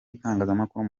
itangazamakuru